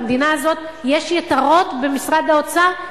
למדינה הזאת יש יתרות במשרד האוצר,